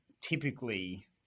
typically